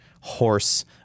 horse